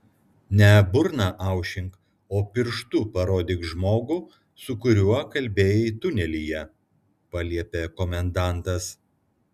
ne burną aušink o pirštu parodyk žmogų su kuriuo kalbėjai tunelyje paliepė komendantas